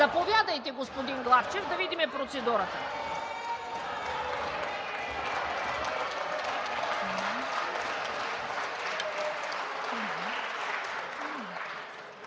Заповядайте, господин Главчев, да видим процедурата.